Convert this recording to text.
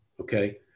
okay